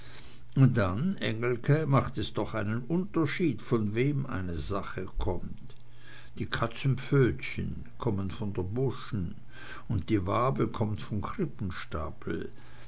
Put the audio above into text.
und dann engelke macht es doch auch einen unterschied von wem eine sache kommt die katzenpfötchen kommen von der buschen und die wabe kommt von